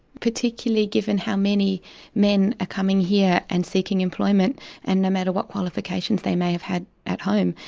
particularly given how many men are coming here and seeking employment and no matter what qualifications they may have had at home,